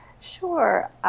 Sure